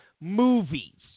movies